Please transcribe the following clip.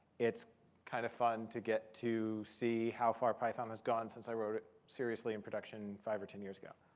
it's kind of fun to get to see how far python has gone since i wrote it seriously in production five or ten years ago.